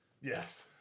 Yes